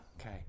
Okay